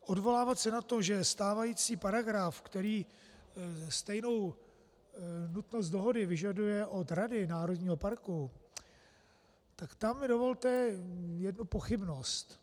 Odvolávat se na to, že stávající paragraf, který stejnou nutnost dohody vyžaduje od rady národního parku, tak tam mi dovolte jednu pochybnost.